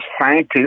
scientists